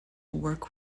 work